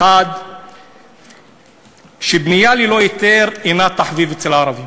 1. שבנייה ללא היתר אינה תחביב אצל ערבים,